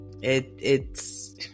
it—it's